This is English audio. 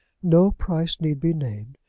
no price need be named.